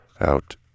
out